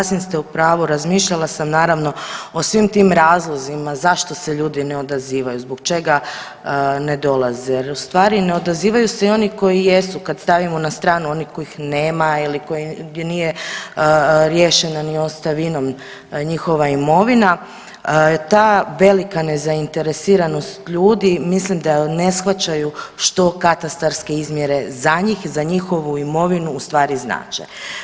Sasvim ste u pravu, razmišljala sam naravno o svim tim razlozima zašto se ljudi ne odazivaju, zbog čega ne dolaze jer u stvari ne odazivaju se i oni koji jesu, kad stavimo na stranu onih kojih nema ili gdje nije riješena ni ostavinom njihova imovina, ta velika nezainteresiranost ljudi mislim da ne shvaćaju što katastarske za njih i za njihovu imovinu u stvari znače.